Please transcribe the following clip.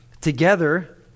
together